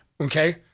Okay